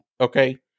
okay